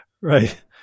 right